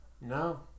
No